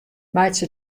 meitsje